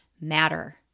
matter